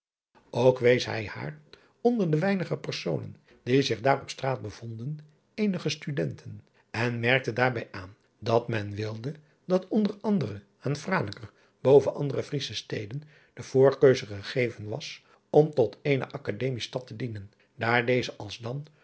ok wees hij haar onder de weinige personen die zich daar op straat bevonden eenige studenten en merkte daar bij aan dat men wilde dat onder anderen aan raneker boven andere riesche steden de voorkeuze gegeven was om tot eene kademiestad te dienen daar deze